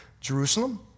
Jerusalem